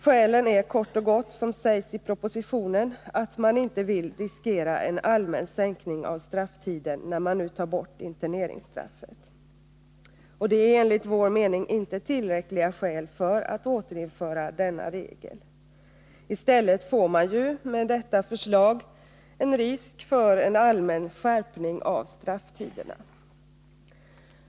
Skälet är kort och gott, som sägs i propositionen, att man inte vill riskera en allmän sänkning av strafftiden när man nu tar bort internerings straffet. Det är enligt vår mening inte ett tillräckligt skäl för att återinföra Nr 108 denna regel. I stället får man ju med detta förslag en risk för en allmän skärpning av strafftiderna.